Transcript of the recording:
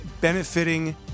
benefiting